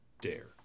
dare